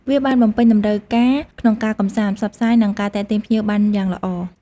វាបានបំពេញតម្រូវការក្នុងការកម្សាន្ត ផ្សព្វផ្សាយ និងការទាក់ទាញភ្ញៀវបានយ៉ាងល្អ។